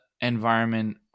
environment